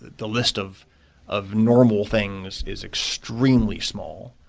the list of of normal things is extremely small,